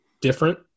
different